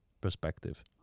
perspective